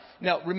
Now